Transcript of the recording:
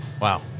Wow